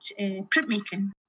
printmaking